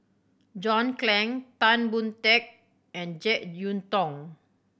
John Clang Tan Boon Teik and Jek Yeun Thong